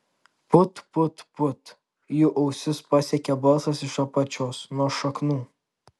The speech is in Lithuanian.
put put put jų ausis pasiekė balsas iš apačios nuo šaknų